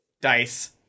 dice